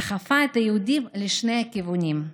דחפה את היהודים לשני כיוונים: